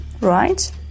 right